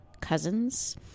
cousins